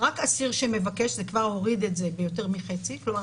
רק אסיר שמבקש זה כבר הוריד את זה ביותר מחצי כלומר,